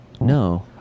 no